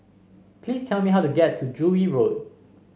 please tell me how to get to Joo Yee Road